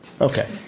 Okay